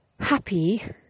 happy